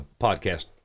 podcast